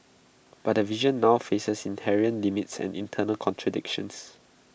but the vision now faces inherent limits and internal contradictions